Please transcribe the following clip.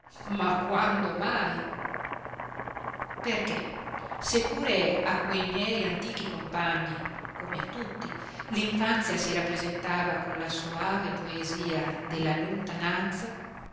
ma quando mai perché se pure a quei miei antichi compagni come a tutti l'infanzia si rappresentava con la soave poesia della lontananza